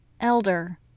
Elder